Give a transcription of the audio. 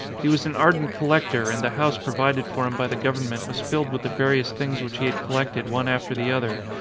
he was an ardent collector and the house provided for him by the government was filled with the various things which he had collected one after the other,